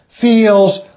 feels